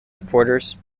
supporters